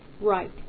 right